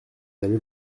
allez